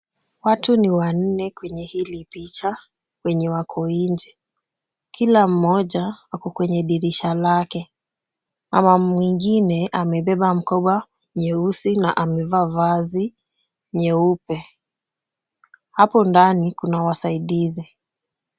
Watu ni wanne kwenye hili picha wenye wako nje. Kila mmoja ako kwenye dirisha lake. Mama mwingine amebeba mkoba nyeusi na amevaa vazi nyeupe. Hapo ndani kuna wasaidizi.